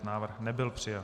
Návrh nebyl přijat.